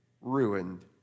ruined